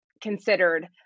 considered